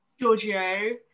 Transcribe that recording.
Giorgio